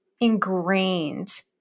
ingrained